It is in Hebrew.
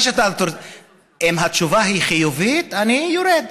אם התשובה חיובית, אני יורד.